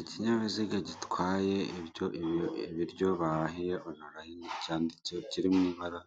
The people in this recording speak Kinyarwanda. Ikinyabiziga gitwaye ibyo ibiryo bahahiye onorayini cyanditse kiriri mu ibara